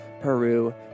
Peru